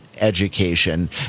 education